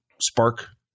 spark